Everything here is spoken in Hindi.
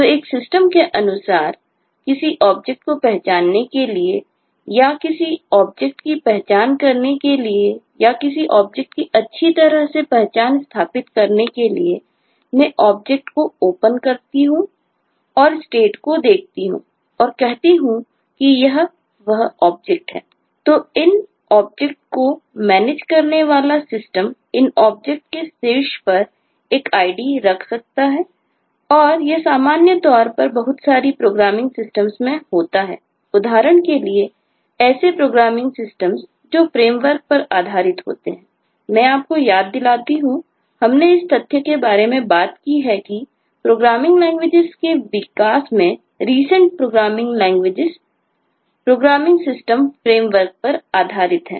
तो इन ऑब्जेक्ट्स को प्रबंधितमैनेज programming languages programming systems framework पर आधारित है